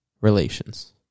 relations